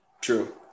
True